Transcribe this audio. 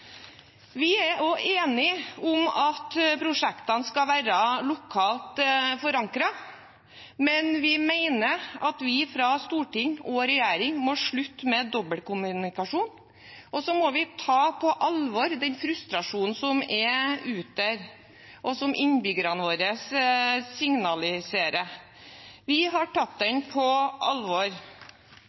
Vi er enige om at prosjektene skal være lokalt forankret, men vi mener at storting og regjering må slutte med dobbeltkommunikasjon, og så må vi ta på alvor den frustrasjonen som er der ute, og som innbyggerne våre signaliserer. Vi har tatt den på alvor.